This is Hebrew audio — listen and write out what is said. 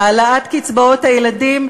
העלאת קצבאות הילדים,